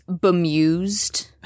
bemused